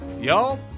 Y'all